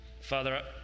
Father